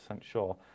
sure